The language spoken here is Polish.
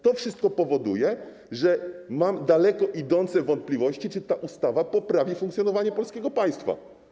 To wszystko powoduje, że mam daleko idące wątpliwości, czy ta ustawa poprawi funkcjonowanie polskiego państwa.